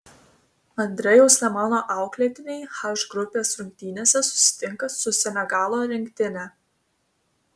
andrejaus lemano auklėtiniai h grupės rungtynėse susitinka su senegalo rinktine